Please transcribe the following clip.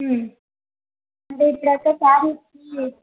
మ్మ్ అంటే ఇప్పుడక్కా ఫ్యామిలి